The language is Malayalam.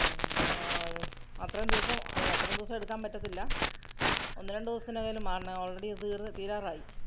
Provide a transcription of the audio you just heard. അത്രയും ദിവസം അയ്യൊ അത്രയും ദിവസം എടുക്കാമ്പറ്റത്തില്ല ഒന്ന് രണ്ട് ദിവസത്തിനകേലും മാറണം ഓൾറെഡി അത് തീർന്ന് തീരാറായി